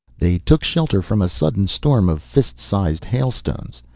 they took shelter from a sudden storm of fist-sized hailstones.